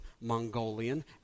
mongolian